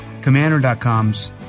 Commander.com's